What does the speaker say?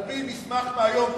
על-פי מסמך שלהם מהיום.